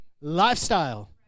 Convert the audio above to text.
lifestyle